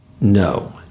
No